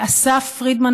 לאסף פרידמן,